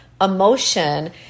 emotion